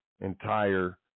entire